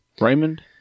Raymond